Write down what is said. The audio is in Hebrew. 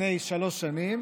לפני שלוש שנים,